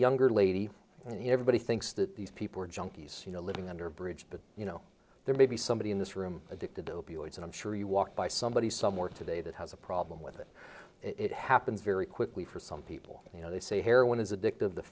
younger lady and everybody thinks that these people are junkies you know living under a bridge but you know there may be somebody in this room addicted to opioids and i'm sure you walk by somebody somewhere today that has a problem with it it happens very quickly for some people you know they say heroin is addictive the